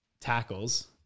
tackles